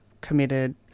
committed